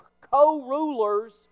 co-rulers